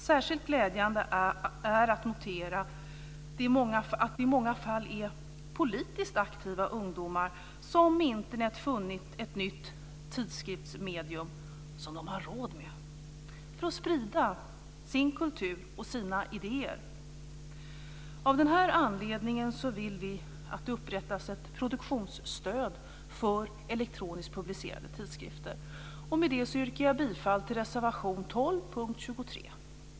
Särskilt glädjande är att notera att det i många fall är politiskt aktiva ungdomar som med Internet funnit ett nytt tidskriftsmedium som de har råd med för att sprida sin kultur och sina idéer. Av denna anledning vill vi att det upprättas ett produktionsstöd för elektroniskt publicerade tidskrifter. Med det yrkar jag bifall till reservation 12 under punkt 23.